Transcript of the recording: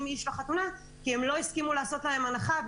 לחתונה כי הם לא הסכימו לעשות להם הנחה.